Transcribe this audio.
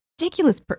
ridiculous